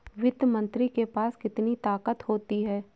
वित्त मंत्री के पास कितनी ताकत होती है?